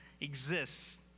exists